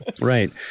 Right